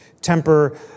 temper